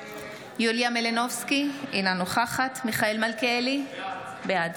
יוליה מלינובסקי, אינה נוכחת מיכאל מלכיאלי, בעד